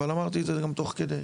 אבל אמרתי את זה גם תוך כדי.